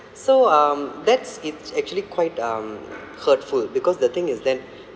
so um that's it's actually quite um hurtful because the thing is then